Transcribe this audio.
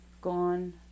gone